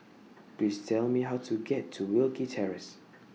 Please Tell Me How to get to Wilkie Terrace